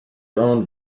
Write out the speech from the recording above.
owned